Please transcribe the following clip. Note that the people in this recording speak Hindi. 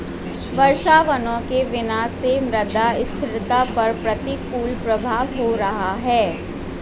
वर्षावनों के विनाश से मृदा स्थिरता पर प्रतिकूल प्रभाव हो रहा है